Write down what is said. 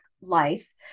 life